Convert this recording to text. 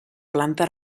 planta